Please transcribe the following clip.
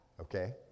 okay